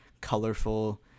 colorful